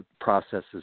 processes